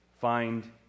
find